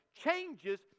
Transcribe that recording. changes